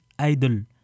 Idol